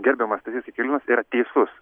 gerbiamas stasys jakeliūnas yra teisus